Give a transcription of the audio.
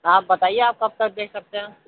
آپ بتائیے آپ کب تک دے سکتے ہیں